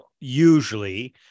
usually